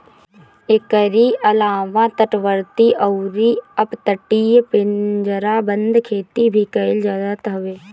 एकरी अलावा तटवर्ती अउरी अपतटीय पिंजराबंद खेती भी कईल जात हवे